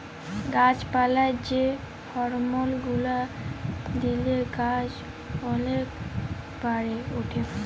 গাছ পালায় যে হরমল গুলা দিলে গাছ ওলেক বাড়ে উঠে